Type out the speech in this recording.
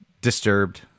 Disturbed